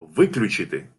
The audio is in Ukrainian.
виключити